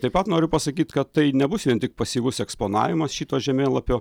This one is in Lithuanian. taip pat noriu pasakyt kad tai nebus vien tik pasyvus eksponavimas šito žemėlapio